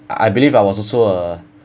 I believe I was also a